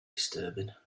disturbing